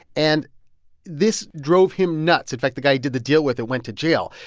and this drove him nuts. in fact, the guy he did the deal with went to jail.